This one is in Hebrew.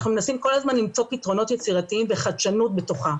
אנחנו מנסים כל הזמן למצוא פתרונות יצירתיים וחדשנות בתוכה,